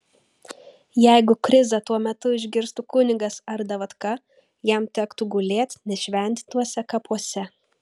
jeigu krizą tuo metu išgirstų kunigas ar davatka jam tektų gulėt nešventintuose kapuose